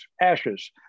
ashes